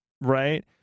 right